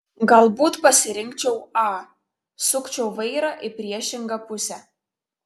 galbūt pasirinkčiau a sukčiau vairą į priešingą pusę